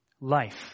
Life